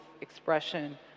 expression